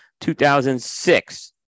2006